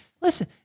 Listen